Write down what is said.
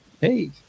Hey